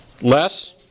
Less